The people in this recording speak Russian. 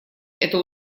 это